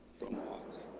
from office?